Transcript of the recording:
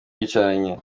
bicaranye